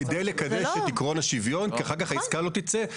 כדי לקדש את עקרון השוויון כי אחר כך העסקה לא תצא.